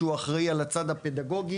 שהוא אחראי על הצד הפדגוגי.